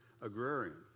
agrarian